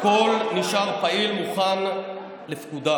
הכול נשאר פעיל, מוכן לפקודה.